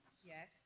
yes.